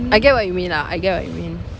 I get what you mean ah I get what you mean